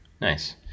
Nice